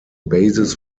basis